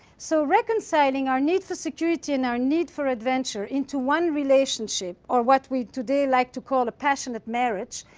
so reconciling our need for security and our need for adventure into one relationship, or what we today like to call a passionate marriage,